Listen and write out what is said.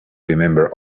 remember